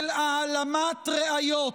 של העלמת ראיות,